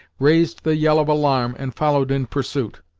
raised the yell of alarm and followed in pursuit.